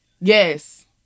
Yes